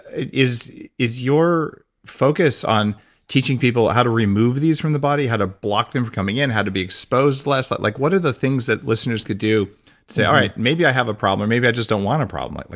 is is your focus on teaching people ah how to remove these from the body, how to block them coming in, how to be exposed less? like like what are the things that listeners could do to say all right, maybe i have a problem. maybe i just don't want a problem. like like